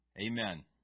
Amen